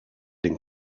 den